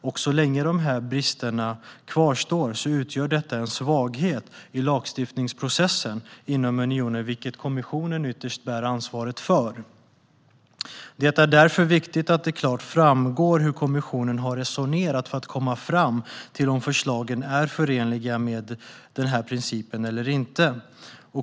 Och så länge dessa brister kvarstår utgör detta en svaghet i lagstiftningsprocessen inom unionen, vilket kommissionen ytterst bär ansvaret för. Det är därför viktigt att det klart framgår hur kommissionen har resonerat för att komma fram till om förslagen är förenliga med subsidiaritetsprincipen eller inte.